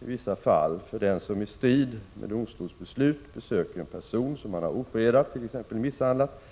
i vissa fall för den som i strid med domstolsbeslut besöker en person som han har ofredat, t.ex. misshandlat,